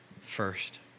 first